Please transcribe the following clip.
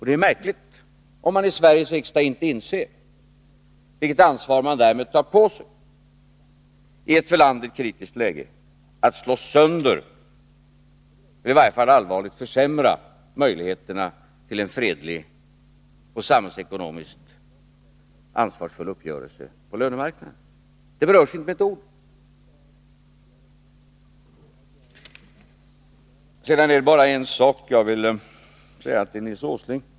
Det är märkligt om man i Sveriges riksdag inte inser vilket ansvar man tar på sig i ett för landet kritiskt läge i och med att man slår sönder eller i varje fall allvarligt försämrar möjligheterna till en fredlig och samhällsekonomiskt ansvarsfull uppgörelse på lönemarknaden. Det berörs inte med ett ord. Det är bara en sak jag vill säga till Nils Åsling.